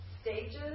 stages